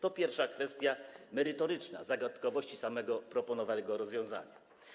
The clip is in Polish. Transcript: To pierwsza kwestia merytoryczna - zagadkowości samego proponowanego rozwiązania.